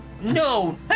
No